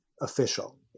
official